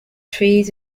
trees